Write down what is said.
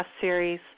series